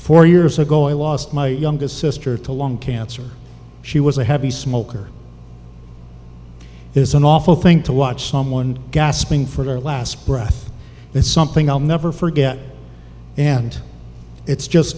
four years ago i lost my youngest sister to long cancer she was a heavy smoker is an awful thing to watch someone gasping for their last breath is something i'll never forget and it's just